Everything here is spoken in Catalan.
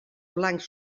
blancs